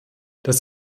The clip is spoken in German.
das